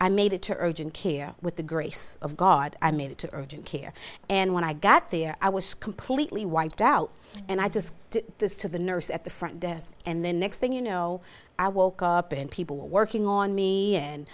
i made it to urgent care with the grace of god i made it to urgent care and when i got there i was completely wiped out and i just did this to the nurse at the front desk and the next thing you know i woke up and people were working on me and